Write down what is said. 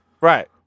Right